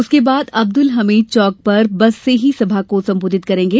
उसके बाद अब्दल हमीद चौक पर बस से ही सभा को संबोधित करेंगे